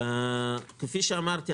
כפי שאמרתי,